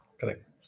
Correct